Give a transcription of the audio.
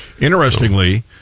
Interestingly